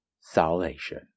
Salvation